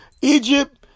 Egypt